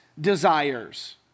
desires